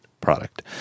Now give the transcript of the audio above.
product